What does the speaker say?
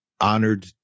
honored